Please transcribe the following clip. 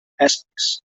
essex